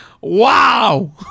wow